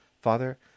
Father